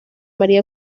maría